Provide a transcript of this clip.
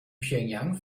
pjöngjang